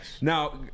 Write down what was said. now